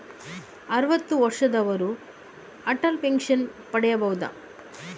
ಅರುವತ್ತು ವರ್ಷದವರು ಅಟಲ್ ಪೆನ್ಷನ್ ಪಡೆಯಬಹುದ?